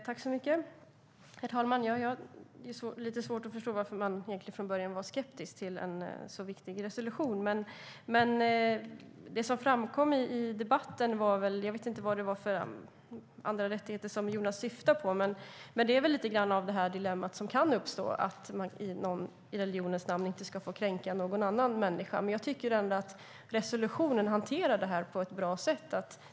Herr talman! Jag har lite svårt att förstå varför man från början var skeptisk till en så viktig resolution. Jag vet inte vilka andra rättigheter Jonas syftar på, men det är väl lite grann av detta dilemma som kan uppstå - att man inte ska få kränka någon annan människa i religionens namn. Jag tycker ändå att resolutionen hanterar detta på ett bra sätt.